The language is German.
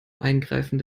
eingreifen